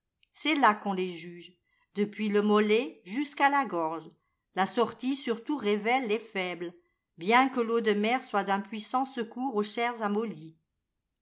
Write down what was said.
c'est là qu'on les juge depuis le mollet jusqu'à la torse la sortie surtout révèle les faibles bien que l'eau de mer soit d'un puissant secours aux chairs amollies